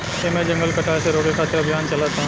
एमे जंगल कटाये से रोके खातिर अभियान चलता